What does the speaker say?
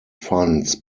funds